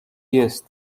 jest